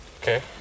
okay